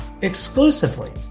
exclusively